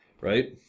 right